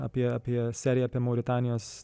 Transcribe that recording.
apie apie seriją apie mauritanijos